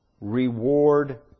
reward